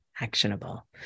actionable